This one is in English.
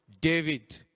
David